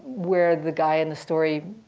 where the guy in the story